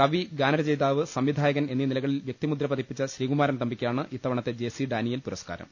കവി ഗാനരചയിതാവ് സംവിധായകൻ എന്നീ നിലകളിൽ വൃക്തി മുദ്ര പതിപ്പിച്ച ശ്രീകുമാരൻ തമ്പിക്കാണ് ഇത്തവണത്തെ ജെ സി ഡാനിയൽ പുരസ്കാരം